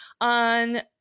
on